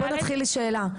בואי נתחיל משאלה,